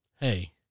hey